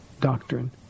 doctrine